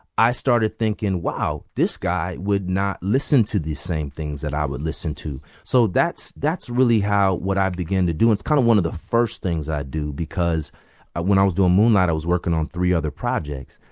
i started thinking, wow, this guy would not listen to the same things that i would listen to. so that's that's really how what i began to do. and it's kind of one of the first things i do because i when i was doing moonlight, i was working on three other projects.